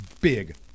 big